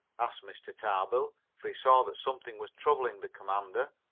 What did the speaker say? asked mr. tarbill, for he saw that something was troubling the commander.